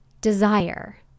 desire